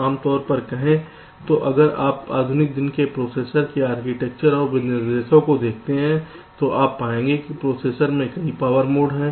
आम तौर पर कहें तो अगर आप आधुनिक दिन के प्रोसेसर के आर्किटेक्चर और निर्देशों को देखते हैं तो आप पाएंगे कि प्रोसेसर में कई पावर मोड हैं